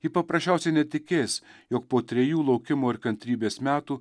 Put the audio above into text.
ji paprasčiausiai netikės jog po trejų laukimo ir kantrybės metų